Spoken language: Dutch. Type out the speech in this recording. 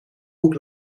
hoek